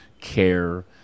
care